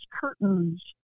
curtains